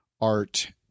art